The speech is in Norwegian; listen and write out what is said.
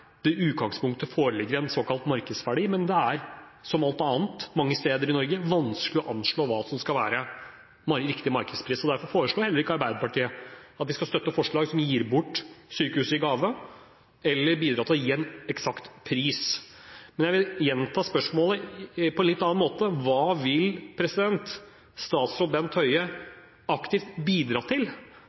det i utgangspunktet foreligger en såkalt markedsverdi, men det er – som med alt annet, mange steder i Norge – vanskelig å anslå hva som skal være riktig markedspris. Derfor foreslår heller ikke Arbeiderpartiet at vi skal støtte forslag som gir bort sykehuset i gave, eller bidra til å gi en eksakt pris. Men jeg vil gjenta spørsmålet på en litt annen måte: Hva vil statsråd Bent Høie aktivt bidra til